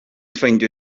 ffeindio